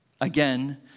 Again